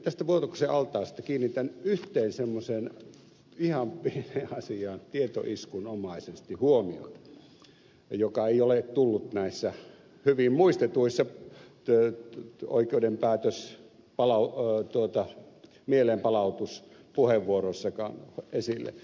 tästä vuotoksen altaasta kiinnitän yhteen semmoiseen ihan pieneen asiaan tietoiskunomaisesti huomiota joka ei ole tullut näissä hyvin muistetuissa oikeuden päätösten mieleenpalautuspuheenvuoroissakaan esille